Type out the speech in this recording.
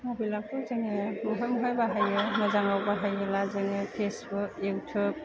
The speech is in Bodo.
मबाइलाथ' जोङो बहाय बहाय बाहायो मोजाङाव बाहायोला जोङो फेसबुक इउटुब